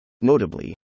Notably